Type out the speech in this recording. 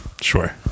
Sure